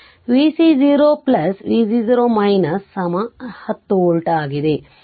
ಆದ್ದರಿಂದ ಇದು vc 0 vc 0 10 volt ಆಗಿದೆ